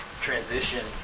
transition